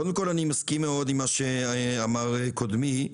קודם כל אני מסכים עם מה אמר קודמי,